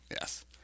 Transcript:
Yes